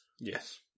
Yes